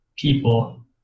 People